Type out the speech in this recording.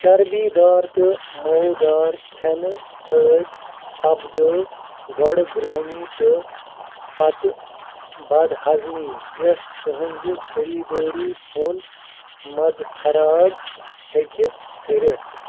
چربی دار تہٕ مودار كھٮ۪نہٕ سۭتۍ سپَدیو گۄڈٕ گرٲنی تہ پتہٕ بد ہضمی یۅس تُہٕنزِ خریٖداری ہُنٛد مزٕ خراب ہیٚکہِ کٔرِتھ